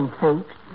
folks